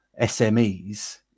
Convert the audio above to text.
smes